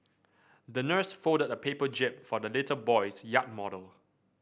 the nurse folded a paper jib for the little boy's yacht model